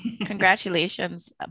Congratulations